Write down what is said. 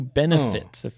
benefits